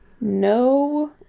No